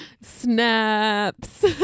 snaps